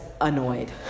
annoyed